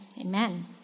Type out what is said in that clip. amen